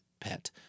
pet